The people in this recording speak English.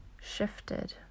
shifted